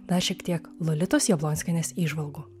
dar šiek tiek lolitos jablonskienės įžvalgų